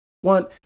one